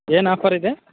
ಏನು ಆಫರಿದೆ